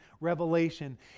revelation